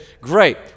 great